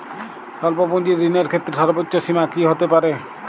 স্বল্প পুঁজির ঋণের ক্ষেত্রে সর্ব্বোচ্চ সীমা কী হতে পারে?